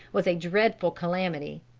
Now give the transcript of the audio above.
was a dreadful calamity.